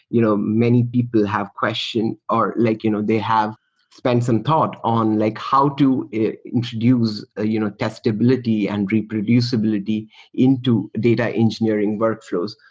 you know many people have question or like you know they have spent some thought on like how to introduce ah you know testability and reproducibility into data engineering workflows.